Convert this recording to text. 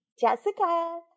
Jessica